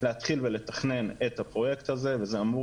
להתחיל ולתכנן את הפרויקט הזה וזה אמור